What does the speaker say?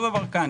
אותו דבר כאן.